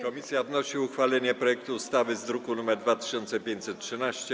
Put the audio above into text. Komisja wnosi o uchwalenie projektu ustawy z druku nr 2513.